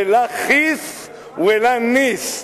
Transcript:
ו"לא חיס ולא ניס",